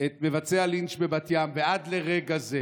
את מבצעי הלינץ' בבת ים ועד לרגע זה